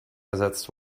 ersetzt